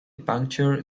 puncture